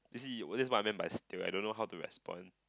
dee this is what I mean by steal I don't know how to respond